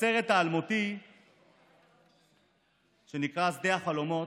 בסרט האלמותי שנקרא "שדה החלומות"